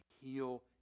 heal